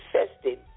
infested